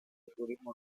turismo